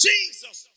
Jesus